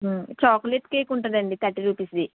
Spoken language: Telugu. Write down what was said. చాక్లెట్ కేక్ ఉంటుందండీ థర్టీ రూపీస్ ది